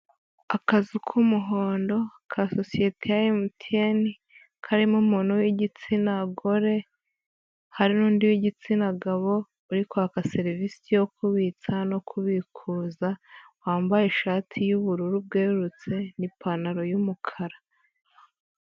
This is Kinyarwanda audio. Akazu k'umuhondo ka sosiyete ya MTN karimo umuntu w'igitsina gore hari n'undi w'igitsina gabo, uri kwaka serivisi yo kubitsa no kubikuza, wambaye ishati y'ubururu bwerurutse n'ipantaro y'umukara.